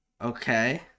Okay